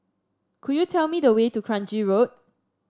could you tell me the way to Kranji Road